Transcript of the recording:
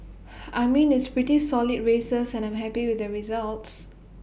I mean it's pretty solid races and I'm happy with the results